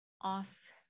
off